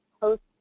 post